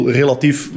relatief